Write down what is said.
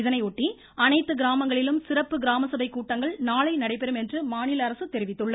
இதனை ஒட்டி அனைத்து கிராமங்களிலும் சிறப்பு கிராம சபைக்கூட்டங்கள் நாளை நடைபெறும் என்று மாநில அரசு தெரிவித்துள்ளது